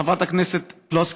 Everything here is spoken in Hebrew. חברת הכנסת פלוסקוב,